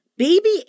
Baby